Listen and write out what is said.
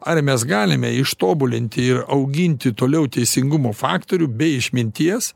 ar mes galime ištobulinti ir auginti toliau teisingumo faktorių be išminties